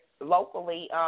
locally